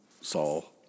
Saul